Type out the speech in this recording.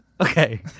Okay